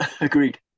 agreed